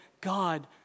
God